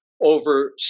over